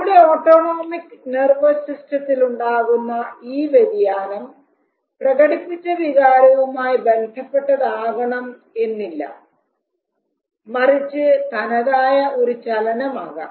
നമ്മുടെ autonomic nervous സിസ്റ്റത്തിലിണ്ടാകുന്ന ഈ വ്യതിയാനം പ്രകടിപ്പിച്ച വികാരവുമായി ബന്ധപ്പെട്ടതാകണം എന്നില്ല മറിച്ച് തനതായ ഒരു ചലനം ആയിരിക്കാം